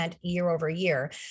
year-over-year